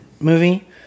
movie